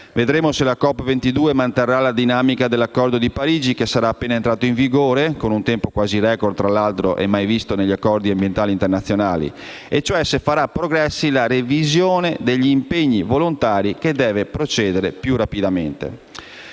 Vedremo se la COP22 manterrà la dinamica dell'Accordo di Parigi che sarà appena entrato in vigore (tra l'altro con un tempo quasi *record* e mai visto negli accordi ambientali internazionali) e cioè se farà progressi la revisione degli impegni volontari che deve procedere più rapidamente.